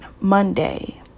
Monday